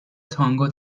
تانگو